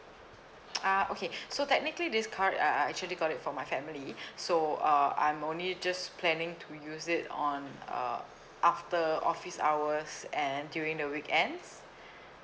ah okay so technically this car uh I actually got it for my family so uh I'm only just planning to use it on uh after office hours and during the weekends